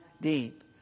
deep